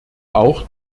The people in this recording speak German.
auch